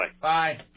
Bye